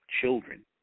children